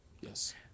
yes